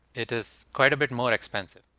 it is quite a bit more expensive,